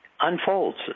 unfolds